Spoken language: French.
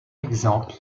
exemple